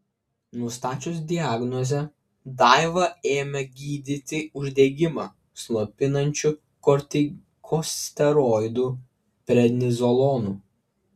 nustačius diagnozę daivą ėmė gydyti uždegimą slopinančiu kortikosteroidu prednizolonu